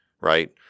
right